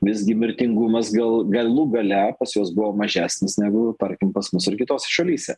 visgi mirtingumas gal galų gale pas juos buvo mažesnis negu tarkim pas mus ir kitose šalyse